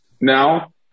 now